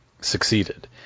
succeeded